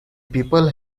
people